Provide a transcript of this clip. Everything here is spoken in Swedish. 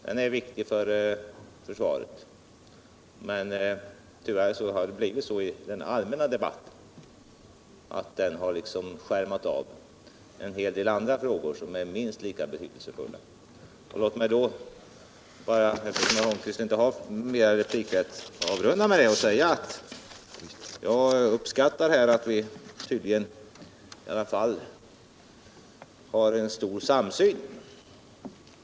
Den är viktig för försvaret, men tyvärr har det blivit så i den allmänna debatten att denna fråga liksom skärmar av en hel del andra frågor, som är minst lika betydelsefulla. Låt mig avrunda med att säga att jag uppskattar att vi tydligen i alla fall har en stor samsyn.